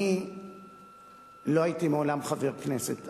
אני לא הייתי מעולם חבר כנסת,